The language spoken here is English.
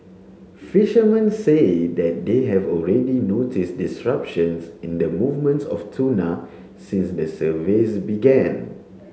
fishermen say that they have already notice disruptions in the movements of tuna since the surveys began